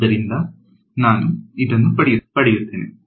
ಆದ್ದರಿಂದ ನಾನು ಪಡೆಯುತ್ತೇನೆ